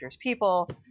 people